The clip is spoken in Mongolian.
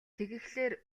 тэгэхлээр